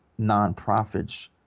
nonprofits